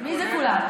מי זה "כולם"?